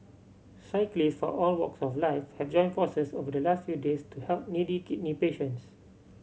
cyclist from all walks of life have joined forces over the last few days to help needy kidney patients